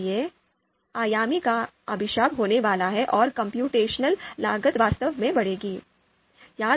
इसलिए आयामीता का अभिशाप होने वाला है और कम्प्यूटेशनल लागत वास्तव में बढ़ेगी